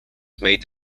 made